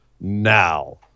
now